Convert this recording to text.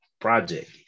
project